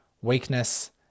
weakness